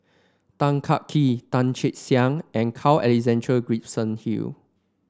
Tan Kah Kee Tan Che Sang and Carl Alexander Gibson Hill